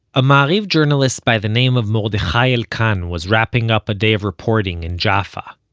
a ma'ariv journalist by the name of mordechai elkan was wrapping up a day of reporting in jaffa.